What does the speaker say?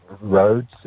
roads